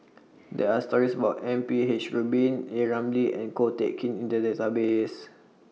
There Are stories about M P H Rubin A Ramli and Ko Teck Kin in The Database